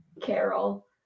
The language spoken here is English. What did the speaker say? carol